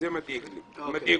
וזה מדאיג אותי.